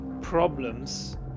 problems